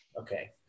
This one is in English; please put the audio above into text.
Okay